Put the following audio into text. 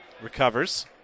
recovers